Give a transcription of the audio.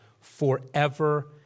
forever